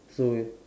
so